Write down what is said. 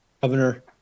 Governor